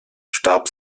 starb